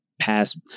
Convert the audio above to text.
pass